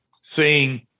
seeing